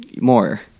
more